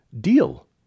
deal